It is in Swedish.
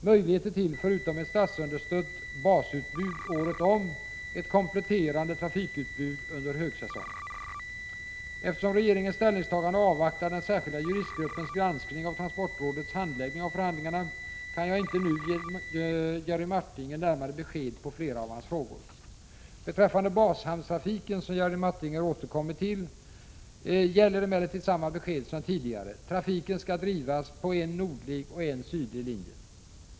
—- Möjligheter till, förutom ett statsunderstött basutbud året om, ett kompletterande trafikutbud under högsäsong. Eftersom regeringen före sitt ställningstagande avvaktar den särskilda juristgruppens granskning av transportrådets handläggning av förhandlingarna, kan jag inte nu ge Jerry Martinger närmare besked på flera av hans frågor. Beträffande bashamnstrafiken, som Jerry Martinger återkommer till, gäller emellertid samma besked som tidigare. Trafiken skall drivas på en nordlig och en sydlig linje.